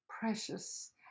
precious